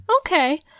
okay